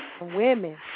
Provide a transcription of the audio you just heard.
women